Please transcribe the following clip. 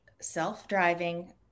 self-driving